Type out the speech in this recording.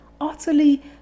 utterly